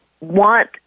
want